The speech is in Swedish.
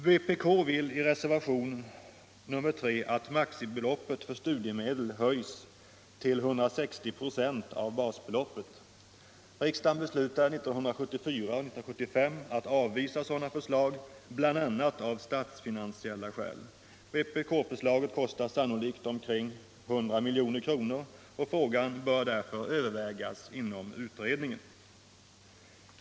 Vpk vill i reservationen 3 att maximibeloppet för studiemedel höjs till 160 96 av basbeloppet. Riksdagen beslutade 1974 och 1975 att avvisa sådana förslag, bl.a. av statsfinansiella skäl. Vpk-förslaget kostar sannolikt omkring 100 milj.kr., och frågan bör därför övervägas inom utredningen.